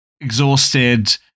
exhausted